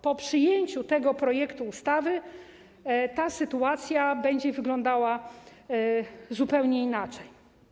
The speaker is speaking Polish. Po przyjęciu tego projektu ustawy sytuacja będzie wyglądała zupełnie inaczej.